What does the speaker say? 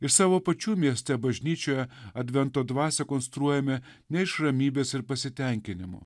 ir savo pačių mieste bažnyčioje advento dvasią konstruojame ne iš ramybės ir pasitenkinimo